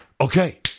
okay